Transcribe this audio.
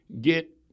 get